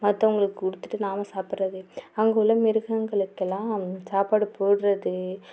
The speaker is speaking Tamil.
மற்றவங்களுக்கு கொடுத்துட்டு நாம் சாப்பிட்றது அங்கே உள்ள மிருகங்களுக்கெல்லாம் சாப்பாடு போடுறது